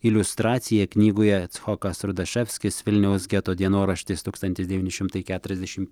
iliustraciją knygoje icchokas rudaševskis vilniaus geto dienoraštis tūkstantis devyni šimtai keturiasdešimt